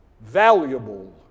valuable